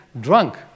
drunk